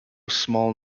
small